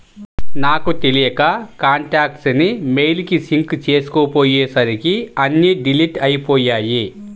నాకు తెలియక కాంటాక్ట్స్ ని మెయిల్ కి సింక్ చేసుకోపొయ్యేసరికి అన్నీ డిలీట్ అయ్యిపొయ్యాయి